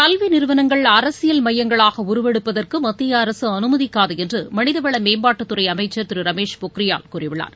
கல்விநிறுவனங்கள் அரசியல் மையங்களாகஉருவெடுப்பதற்குமத்தியஅரசுஅனுமதிக்காதுஎன்றுமனிதவளமேம்பாட்டுத் துறைஅமைச்சர் திருரமேஷ் பொக்ரியால் கூறியுள்ளார்